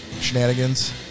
shenanigans